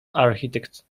architect